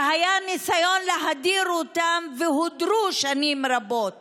שהיה ניסיון להדיר אותם והם הודרו שנים רבות